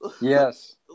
yes